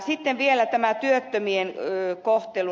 sitten vielä tämä työttömien kohtelu